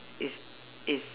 is is